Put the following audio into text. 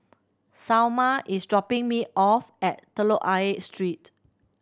Salma is dropping me off at Telok Ayer Street